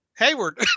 Hayward